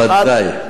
ודאי.